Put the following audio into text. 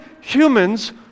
humans